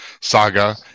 saga